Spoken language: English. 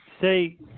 say